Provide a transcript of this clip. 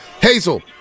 Hazel